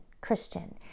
Christian